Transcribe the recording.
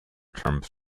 terms